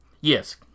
yes